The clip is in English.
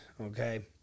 okay